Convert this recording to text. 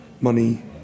money